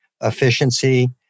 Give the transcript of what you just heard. efficiency